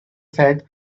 said